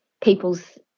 people's